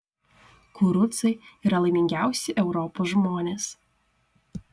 kurucai yra laimingiausi europos žmonės